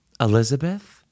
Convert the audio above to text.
Elizabeth